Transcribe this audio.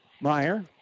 Meyer